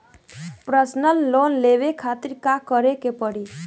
Personal loan लेवे खातिर का करे के पड़ी?